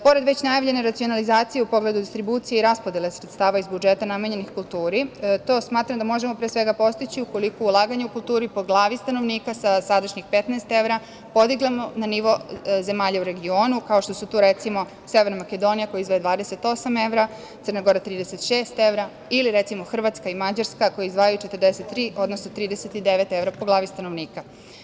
Pored već najavljene racionalizacije u pogledu distribucije i raspodele sredstava iz budžeta namenjenih kulturi, to smatram da možemo pre svega postići ukoliko ulaganje u kulturi po glavi stanovnika sa sadašnjih 15 evra podignemo na nivo zemalja u regionu, kao što su to, recimo, Severna Makedonija, koja izdvaja 28 evra, Crna Gora 36 evra ili, recimo, Hrvatska i Mađarska, koje izdvajaju 43, odnosno 39 evra po glavi stanovnika.